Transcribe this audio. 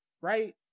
right